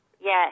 Yes